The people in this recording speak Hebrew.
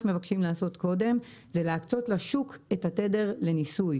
מבקשים לעשות קודם זה להקצות לשוק את התדר לניסוי.